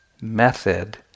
method